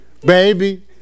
baby